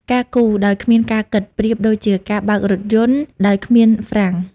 ការ «គូរ» ដោយគ្មានការ «គិត» ប្រៀបដូចជាការបើកបររថយន្តដោយគ្មានហ្វ្រាំង។